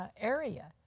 area